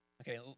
Okay